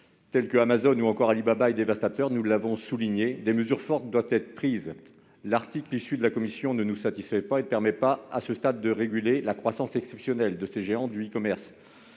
telles que Amazon ou encore Alibaba, est dévastateur. C'est la raison pour laquelle des mesures fortes doivent être prises. L'article issu des travaux de la commission ne nous satisfait pas, car il ne permet pas, à ce stade, de réguler la croissance exceptionnelle des géants du e-commerce.